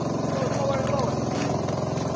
and it goes lower and lower if you did fall seven days